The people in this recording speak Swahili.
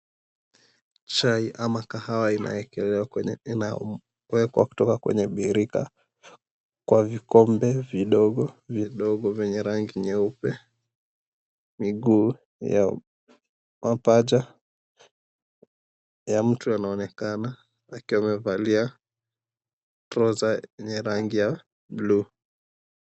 Chai ama kahawa inawekelewa kutoka kwenye birika kwa vikombe vidogo vidogo vyenye rangi nyeupe miguu yao. Mapaja ya mtu yanaonekana akiwa amevalia trouser yenye rangi ya buluu.